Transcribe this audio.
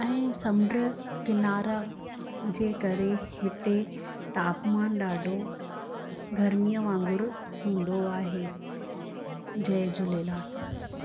ऐं समुंड किनारा जे करे हिते तापमान ॾाढो गर्मीअ वांगुर हूंदो आहे जय झूलेलाल